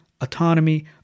autonomy